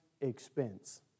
expense